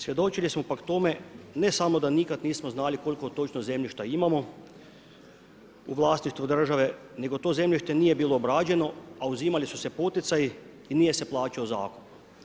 Svjedočili smo tome, ne samo da nikad nismo znali, koliko točno zemljišta imamo u vlasništvu države, nego to zemljište nije bilo obrađeno, a uzimali su se poticaji i nije se plaćao zakup.